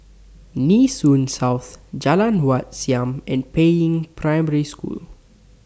Nee Soon South Jalan Wat Siam and Peiying Primary School